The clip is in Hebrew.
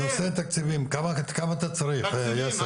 בנושא התקציבים כמה אתה צריך, יאסר?